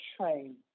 train